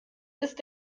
ist